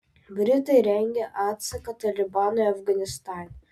britai rengia atsaką talibanui afganistane